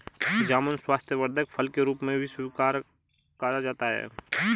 जामुन स्वास्थ्यवर्धक फल के रूप में स्वीकारा जाता है